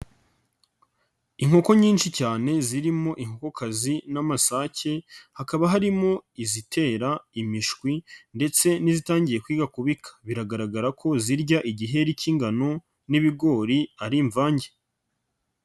Inkoko nyinshi cyane zirimo inkokokazi n'amasake, hakaba harimo izitera imishwi ndetse n'izitangiye kwiga kubika. Biragaragara ko zirya igiheri k'ingano n'ibigori ari imvange.